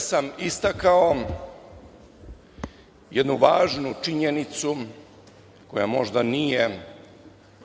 sam istakao jednu važnu činjenicu koja možda nije